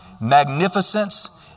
magnificence